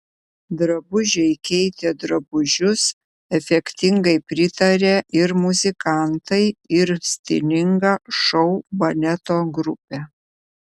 drabužiai keitė drabužius efektingai pritarė ir muzikantai ir stilinga šou baleto grupė